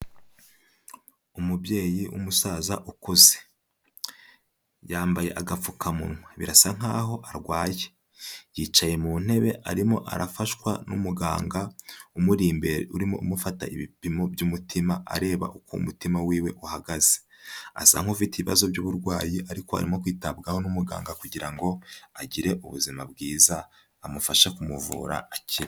Umubyeyi w'umusaza ukuze yambaye agapfukamunwa birasa nkaho arwaye, yicaye mu ntebe arimo arafashwa n'umuganga umuri imbere urimo umufata ibipimo by'umutima areba uko umutima wiwe uhagaze, asa nkufite ibibazo by'uburwayi ariko arimo kwitabwaho n'umuganga kugira ngo agire ubuzima bwiza amufashe kumuvura akire.